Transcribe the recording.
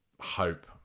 hope